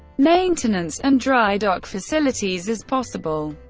maintenance, and dry dock facilities as possible.